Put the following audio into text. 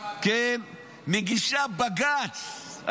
מגישה בג"ץ.